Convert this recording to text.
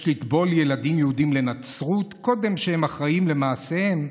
יש לטבול ילדים יהודים לנצרות קודם שהם אחראים למעשיהם,